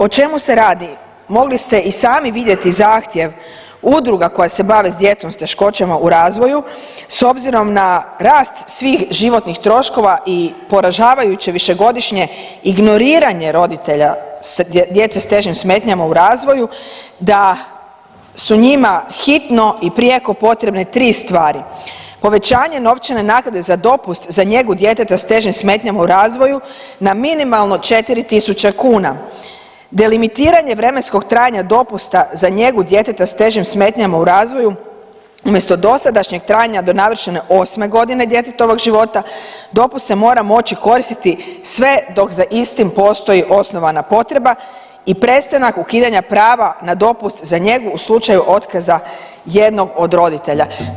O čemu se radi, mogli ste i sami vidjeti zahtjev udruga koja se bave s djecom s teškoćama u razvoju s obzirom na rast svih životnih troškova i poražavajuće višegodišnje ignoriranje roditelja djece s težim smetnjama u razvoju da su njima hitno i prijeko potrebne tri stvari, povećanje novčane naknade za dopust za njegu djeteta s težim smetnjama u razvoju na minimalno 4 tisuće kuna, delimitiranje vremenskog trajanja dopusta za njegu djeteta s težim smetnjama u razvoju umjesto dosadašnjeg trajanja do navršene 8.g. djetetovog života dopust se mora moći koristiti sve dok za istim postoji osnovana potreba i prestanak ukidanja prava na dopust za njegu u slučaju otkaza jednog od roditelja.